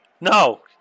No